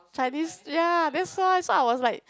Chinese ya that's why so I was like